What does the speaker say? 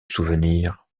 souvenirs